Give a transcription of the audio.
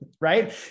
Right